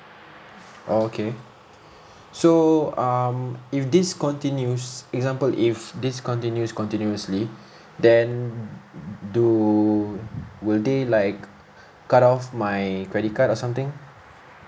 oh okay so um if this continues example if this continues continuously then do will they like cut off my credit card or something